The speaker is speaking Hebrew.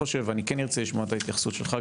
ארצה לשמוע את ההתייחסות שלך,